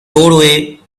doorway